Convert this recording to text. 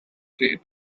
grade